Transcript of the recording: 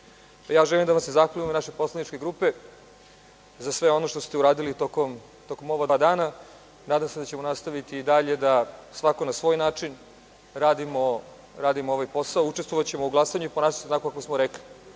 spreče. Želim da vam se zahvalim u ime naše poslaničke grupe za sve ono što ste uradili tokom ova dva dana. Nadam se da ćemo nastaviti dalje da svako na svoj način radimo ovaj posao. Učestovavaćemo u glasanju i ponašati se onako kako smo rekli.